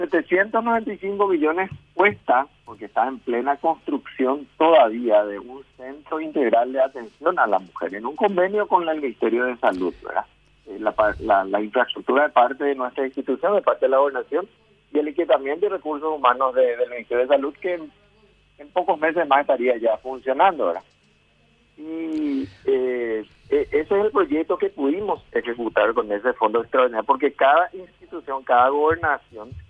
795 millones cuesta, porque está en plena construcción todavía, de un centro integral de atención a la mujer, en un convenio con el Ministerio de Salud, ¿verdad? Eh, la pa- la- la infraestructura de parte de nuestras instituciones, de parte de la gobernación, y el equipamiento y recursos humanos de- del Ministerio de Salud, que en- en pocos meses más estaría ya funcionando, ¿verdad? Y, eh, e- ese es el proyecto que pudimos ejecutar con ese fondo extraordinario, porque cada institución, cada gobernación